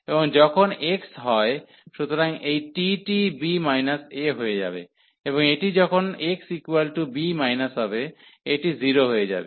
এবং যখন x a হয় সুতরাং এই t টি b a হয়ে যাবে এবং এটি যখন xb হবে এটি 0 হয়ে যাবে